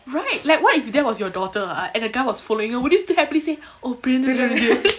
right like what if that was your daughter ah and a guy was following her would you still happily say oh பிறந்ததிலிருந்து:piranthathilirunthu